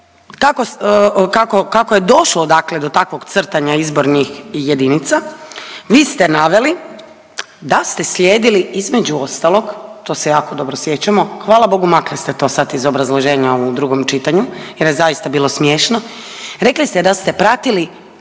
kako je došlo dakle do takvog crtanja izbornih jedinica vi ste naveli da ste slijedili između ostalog to se jako dobro sjećamo, hvala Bogu makli ste to sad iz obrazloženja u drugom čitanju jer je zaista bilo smiješno, rekli ste da ste pratili